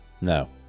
no